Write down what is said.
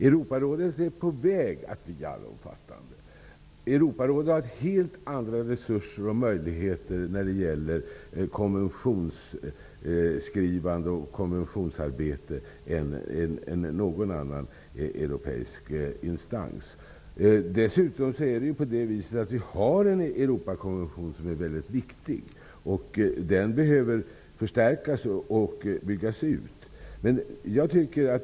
Europarådet är på väg att bli allomfattande. Det har helt andra resurser och större möjligheter till konventionsskrivande och konventionsarbete än någon annan europeisk instans. Dessutom har vi en Europakonvention, som är väldigt viktig. Den behöver förstärkas och byggas ut.